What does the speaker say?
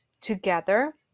together